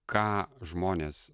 ką žmonės